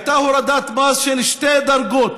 הייתה הורדת מס של שתי דרגות